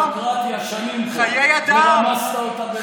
נאמת על הדמוקרטיה שנים פה, ורמסת אותה ברגל גסה.